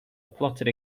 plotted